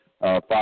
five